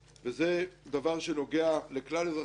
וזה דבר שנוגע לכלל אזרחי המדינה.